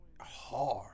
hard